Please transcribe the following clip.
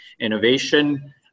innovation